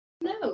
No